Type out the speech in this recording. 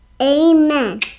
Amen